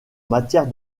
matière